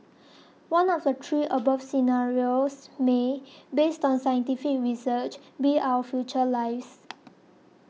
one of the three above scenarios may based on scientific research be our future lives